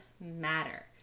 matter